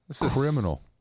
criminal